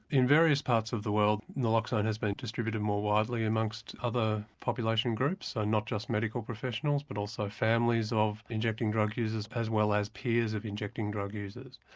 in various parts of the world naloxone has been distributed more widely amongst other population groups, and not just medical professionals but also families of injecting drug users as well as peers of injecting drug users.